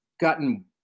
gotten